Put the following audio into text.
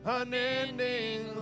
unending